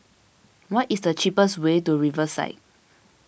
what is the cheapest way to Riverside